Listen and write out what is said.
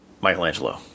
Michelangelo